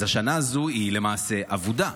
אז השנה הזו היא למעשה אבודה.